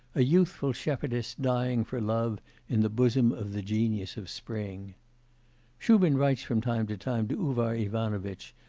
a youthful shepherdess dying for love in the bosom of the genius of spring shubin writes from time to time to uvar ivanovitch,